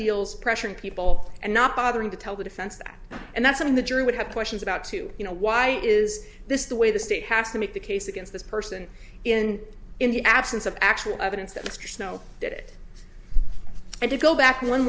deals pressuring people and not bothering to tell the defense that and that's when the jury would have questions about to you know why is this the way the state has to make the case against this person in in the absence of actual evidence that mr snow did it and you go back one